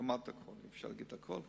כמעט הכול, אי-אפשר להגיד הכול.